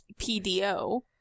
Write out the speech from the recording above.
PDO